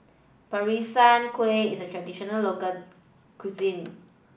Peranakan Kueh is a traditional local cuisine